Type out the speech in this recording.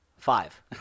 five